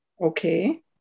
Okay